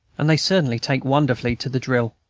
and they certainly take wonderfully to the drill.